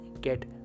get